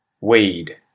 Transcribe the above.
weed